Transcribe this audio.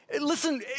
Listen